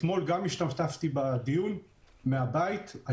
אתמול השתתפתי בדיון מהבית שלי.